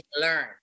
learn